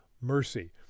mercy